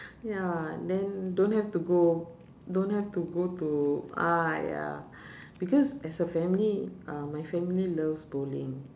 ya then don't have to go don't have to go to !aiya! because as a family uh my family loves bowling